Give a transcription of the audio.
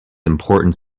important